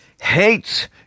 hates